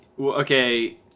okay